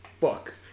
fuck